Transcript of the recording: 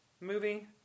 movie